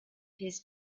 his